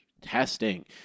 testing